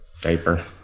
diaper